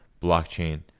blockchain